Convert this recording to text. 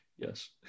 Yes